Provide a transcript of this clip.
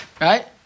right